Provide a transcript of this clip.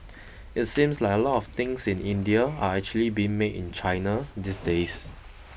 it seems like a lot of things in India are actually being made in China these days